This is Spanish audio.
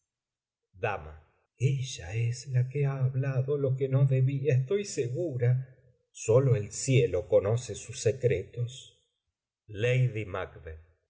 dama ella es la que ha hablado lo que no debía estoy segura sólo el cielo conoce sus secretos lady mac